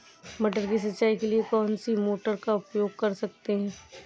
मटर की सिंचाई के लिए कौन सी मोटर का उपयोग कर सकते हैं?